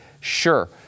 Sure